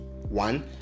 one